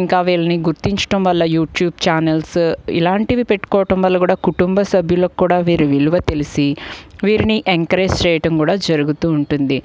ఇంకా వీళ్ళని గుర్తించడం వల్ల యూట్యూబ్ ఛానల్స్ ఇలాంటివి పెట్టుకోవడం వల్ల కూడా కుటుంబ సభ్యులకి కూడా వీరి విలువ తెలిసి వీరిని ఎంకరేజ్ చేయడం కూడా జరుగుతూ ఉంటుంది